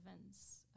events